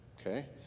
okay